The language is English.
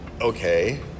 Okay